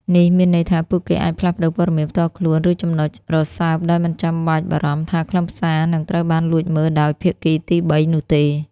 នេះមានន័យថា ពួកគេអាចផ្លាស់ប្តូរព័ត៌មានផ្ទាល់ខ្លួន ឬចំណុចរសើបដោយមិនចាំបាច់បារម្ភថាខ្លឹមសារសារនឹងត្រូវបានលួចមើលដោយភាគីទីបីនោះទេ។